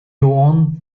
owned